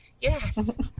Yes